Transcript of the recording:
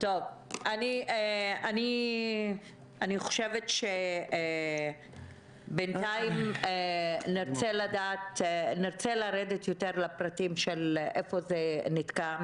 אני חושבת שבינתיים נרצה לרדת יותר לפרטים איפה זה נתקע.